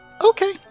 Okay